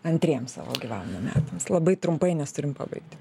antriems savo gyvenimo metams labai trumpai nes turim pabaigt jau